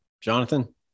Jonathan